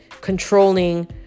controlling